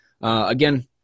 Again